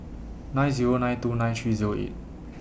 nine Zero nine two nine three Zero eight